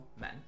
men